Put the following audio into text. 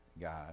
God